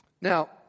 Now